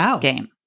game